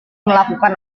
melakukan